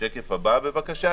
השקף הבא, בבקשה.